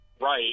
right